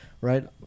right